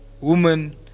woman